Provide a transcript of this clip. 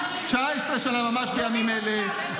ממש בימים אלה,